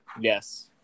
Yes